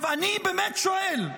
אני באמת שואל: